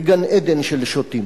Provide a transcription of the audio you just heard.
בגן-עדן של שוטים.